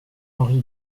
henri